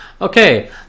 okay